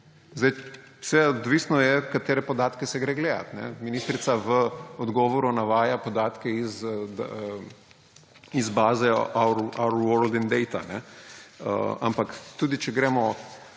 Seveda, odvisno je, katere podatke se gre gledat. Ministrica v odgovoru navaja podatke iz baze Our World in Data; ampak, tudi če gremo